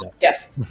Yes